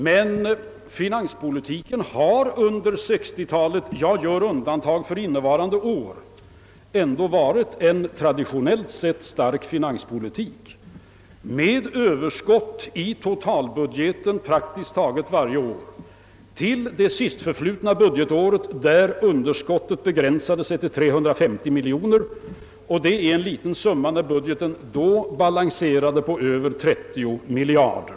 Men finanspolitiken har under 1960-talet — jag gör undantag för innevarande budgetår — ändå varit en traditionellt sett stark finanspolitik med överskott i totalbudgeten praktiskt taget varje år till det sistförflutna budgetåret, då underskottet begränsade sig till 350 miljoner kronor. Detta är en liten summa när budgeten balanserade på över 30 miljarder.